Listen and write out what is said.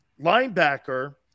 linebacker